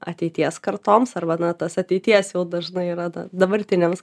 ateities kartoms arba na tas ateities jau dažnai yra na dabartinėms